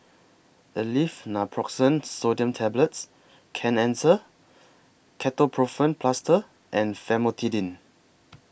Aleve Naproxen Sodium Tablets Kenhancer Ketoprofen Plaster and Famotidine